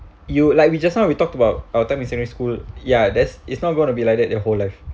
you like we just now we talked about our time in secondary school ya there's it's not gonna be like that your whole life